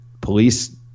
police